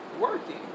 working